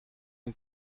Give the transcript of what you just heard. een